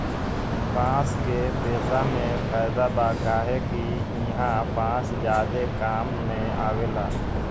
बांस के पेसा मे फायदा बा काहे कि ईहा बांस ज्यादे काम मे आवेला